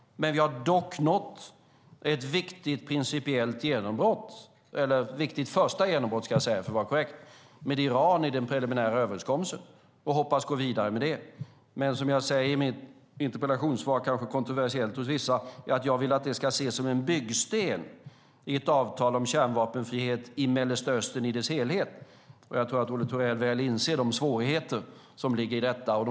Vi har dock nått ett viktigt principiellt första genombrott med Iran i den preliminära överenskommelsen och hoppas att gå vidare med det. Som jag säger i mitt interpellationssvar, som kanske ses som kontroversiellt av vissa, vill jag att det ska ses som en byggsten i ett avtal om kärnvapenfrihet i Mellanöstern i dess helhet. Jag tror att Olle Thorell väl inser de svårigheter som ligger i detta.